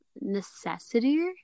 necessity